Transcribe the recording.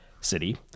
City